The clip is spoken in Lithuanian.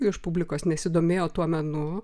iš publikos nesidomėjo tuo menu